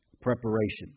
preparation